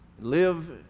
live